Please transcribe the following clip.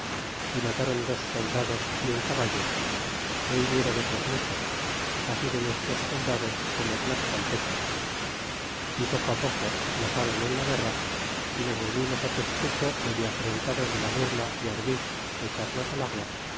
e matron dos soldados y un caballo é hirieron otros muchos así de nuestros soldados como tlascaltecas y poco poco afloxáron en la guerra y nos volvimos tezcuco medio afrentados de la burla y ardid de echarnos el agua